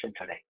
today